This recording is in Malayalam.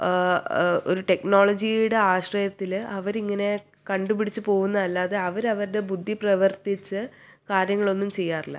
ഒരു ടെക്നോളജിയുടെ ആശ്രയത്തിൽ അവർ ഇങ്ങനെ കണ്ടുപിടിച്ച് പോകുന്നതല്ലാതെ അവർ അവരുടെ ബുദ്ധി പ്രവർത്തിച്ച് കാര്യങ്ങളൊന്നും ചെയ്യാറില്ല